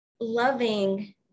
loving